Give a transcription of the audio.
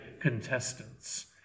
contestants